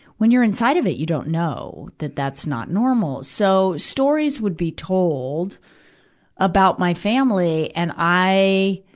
when you're inside of it, you don't know, that that's not normal. so stories would be told about my family, and i,